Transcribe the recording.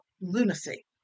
lunacy